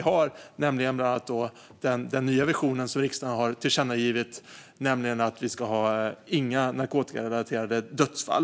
Det gäller bland annat den nya vision som riksdagen har tillkännagivit, nämligen att vi ska ha noll narkotikarelaterade dödsfall.